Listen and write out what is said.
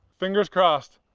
fingers crossed.